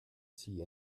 see